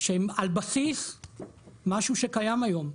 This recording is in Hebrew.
שהם על בסיס משהו שקיים היום,